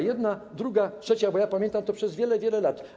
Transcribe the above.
Jedna, druga, trzecia, bo ja pamiętam to od wielu, wielu lat.